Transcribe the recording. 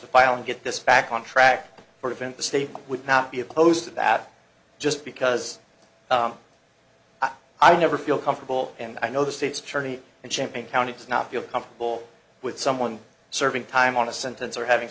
to file and get this back on track prevent the state would not be opposed to that just because i never feel comfortable and i know the state's attorney and champaign county does not feel comfortable with someone serving time on a sentence or having